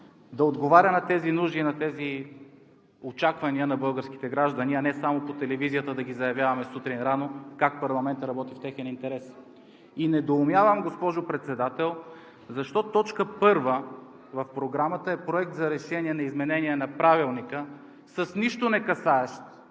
да отговаря на тези нужди и на тези очаквания на българските граждани, а не само по телевизията да ги заявяваме сутрин рано – как парламентът работи в техен интерес. Недоумявам, госпожо Председател, защо точка първа в Програмата е Проект за решение на изменение на Правилника – с нищо некасаещ